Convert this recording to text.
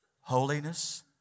holiness